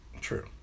True